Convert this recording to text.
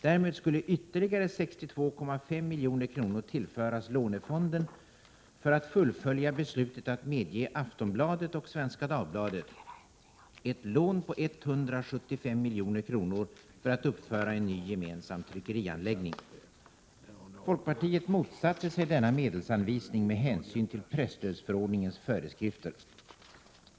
Därmed skulle ytterligare 62,5 milj.kr. tillföras lånefonden för att fullfölja beslutet att medge Aftonbladet och Svenska Dagbladet ett lån på 175 milj.kr. för att uppföra en ny gemensam tryckerianläggning. Folkpartiet motsatte sig denna medelsanvisning med hänsyn till presstödsförordningens föreskrifter.